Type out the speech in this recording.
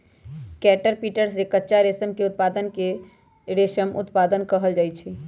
caterpillar से कच्चा रेशम के उत्पादन के रेशम उत्पादन कहल जाई छई